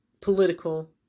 political